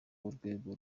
urwego